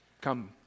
come